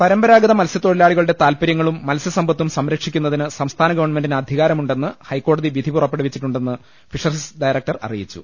പരമ്പരാഗത മത്സ്യത്തൊഴിലാളികളുടെ താൽപര്യങ്ങളും മത്സ്യ സമ്പത്തും സംരക്ഷിക്കുന്നതിന് സംസ്ഥാന ഗവൺമെന്റിന് അധി കാരമുണ്ടെന്ന് ഹൈക്കോടതി വിധി പുറപ്പെടുവിച്ചിട്ടുണ്ടെന്ന് ഫിഷ റീസ് ഡയറക്ടർ അറിയിച്ചു